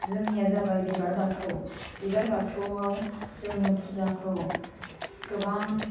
जोंनिया जाबाय बिबार बाथौ बिबार बाथौआव जोङो फुजाखौ गोबां